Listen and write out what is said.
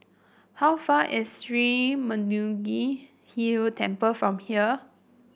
how far is Sri Murugan Hill Temple from here